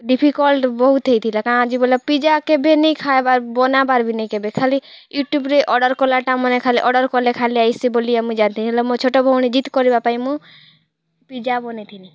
difficult ବହୁତ୍ ହେଇଥିଲା କାଁଯେ ବୋଲେ ପିଜ୍ଜା କେବେ ନାଇଁ ଖାଏବାର୍ ବନାବାର୍ ବି ନେଇଁ କେବେ ଖାଲି ୟୁଟୁବରେ ଅର୍ଡ଼ର୍ କଲାଟା ମାନେ ଖାଲି ଅର୍ଡ଼ର୍ କଲେ ଖାଲି ଆଇସି ବୋଲି ମୁଇଁ ଜାନଥିଲି ହେଲେ ମୋ ଛୋଟ ଭଉଣି ଜିଦ୍ କରିବା ପାଇଁ ମୁଁ ପିଜ୍ଜା ବନେଇଥିନି